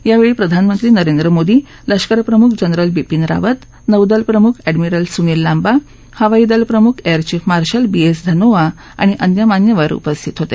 यावेळी प्रधानमंत्री नरेंद्र मोदी लष्करप्रमुख जनरल बिपीन रावत नौदल प्रमुख ऍडमिरल सुनील लांबा आणि हवाईदल प्रमुख air chief marshal B S Dhanoa आणि अन्य मान्यवर उपस्थित होते